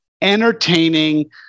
entertaining